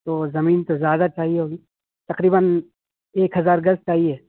تو زمین تو زیادہ چاہیے ہوگی تقریباً ایک ہزار گز چاہیے